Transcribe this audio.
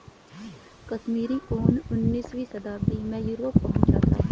कश्मीरी ऊन उनीसवीं शताब्दी में यूरोप पहुंचा था